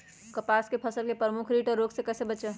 कपास की फसल को प्रमुख कीट और रोग से कैसे बचाएं?